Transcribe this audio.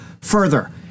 Further